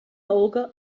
óga